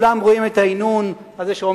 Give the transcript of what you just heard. אבל הקשיבו